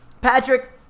Patrick